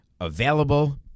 Available